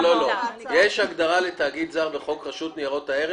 יש הגדרה לתאגיד זר בחוק רשות ניירות ערך?